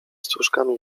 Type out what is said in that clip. strużkami